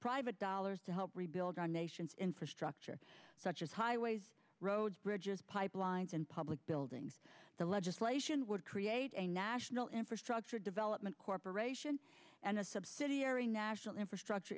private dollars to help rebuild our nation's infrastructure such as highways roads bridges pipelines and public buildings the legislation would create a national infrastructure development corporation and a subsidiary national infrastructure